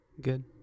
good